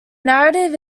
narrative